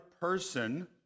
person